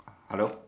hello